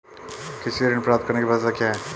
कृषि ऋण प्राप्त करने की पात्रता क्या है?